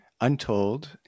untold